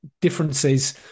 differences